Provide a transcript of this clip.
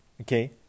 Okay